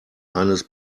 eines